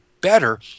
better